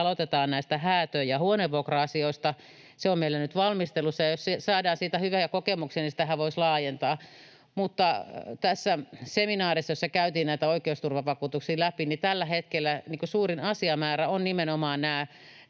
aloitetaan näistä häätö- ja huoneenvuokra-asioista. Se on meillä nyt valmistelussa, ja jos saadaan siitä hyviä kokemuksia, niin sitähän voisi laajentaa. Tämän seminaarin mukaan, jossa käytiin näitä oikeusturvavakuutuksia läpi, tällä hetkellä suurin asiamäärä on nimenomaan nämä